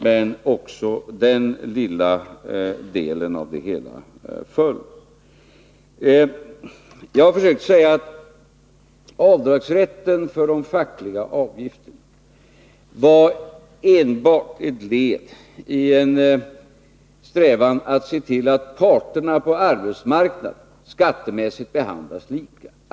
Men också den lilla delen föll. Jag har försökt säga att rätten till avdrag för de fackliga avgifterna enbart var ett led i en strävan att se till att parterna på arbetsmarknaden skattemässigt behandlades lika.